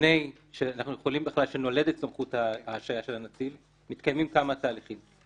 לפני שנולדת סמכות ההשעיה של הנציב מתקיימים כמה תהליכים.